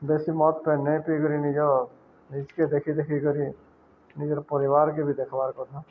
ବେଶୀ ମତ ପାଇଁକେ ନେଇ ପିଇ କରିରି ନିଜ ନିଜକେ ଦେଖି ଦେଖି କରିରି ନିଜର ପରିବାରକ ବି ଦେଖବାର କରଥା